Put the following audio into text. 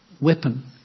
weapon